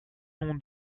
nom